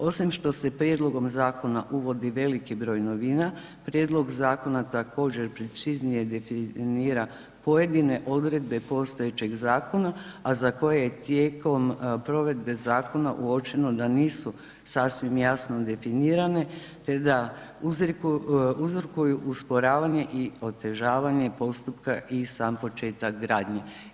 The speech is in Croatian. Osim što se prijedlogom zakona uvodi veliki broj novina, prijedlog zakona također preciznije definira pojedine odredbe postojećeg zakona, a za koje je tijekom provedbe zakona uočeno da nisu sasvim jasno definirane te da uzrokuju usporavanje i otežavanje postupka i sam početak gradnje.